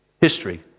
history